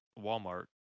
Walmart